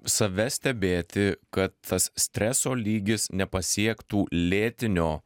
save stebėti kad tas streso lygis nepasiektų lėtinio